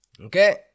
Okay